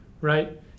Right